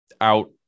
out